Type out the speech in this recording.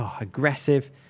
aggressive